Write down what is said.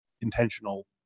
intentional